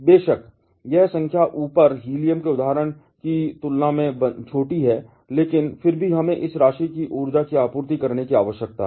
बेशक यह संख्या ऊपर हीलियम के उदाहरण की तुलना में छोटी है लेकिन फिर भी हमें इस राशि की ऊर्जा की आपूर्ति करने की आवश्यकता है